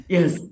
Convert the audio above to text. Yes